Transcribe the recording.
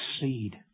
seed